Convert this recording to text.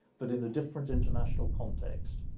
but in a different international context.